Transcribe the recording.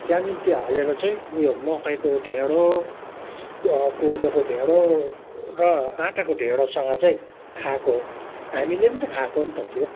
त्यहाँदेखि त्यो हालेर चाहिँ ऊ यो मकैको ढिँडो कोदोको ढिँडो र आँटाको ढिँडोसँग चाहिँ खाएको हामीले पनि त खाएको नि त त्यो